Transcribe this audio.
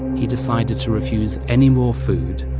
he decided to refuse any more food,